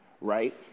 right